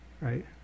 right